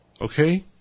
Okay